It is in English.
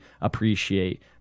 appreciate